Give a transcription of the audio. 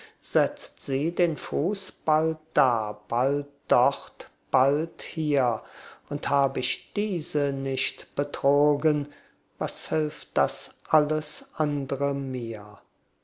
setzt sie den fuß bald da bald dort bald hier und hab ich diese nicht betrogen was hilft das andre alles mir